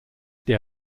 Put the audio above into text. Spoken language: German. der